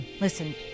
Listen